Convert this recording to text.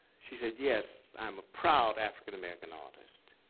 she said, yes, i'm a proud african-american artist.